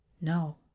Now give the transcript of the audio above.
No